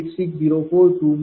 486042 0